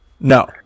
No